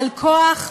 על כוח.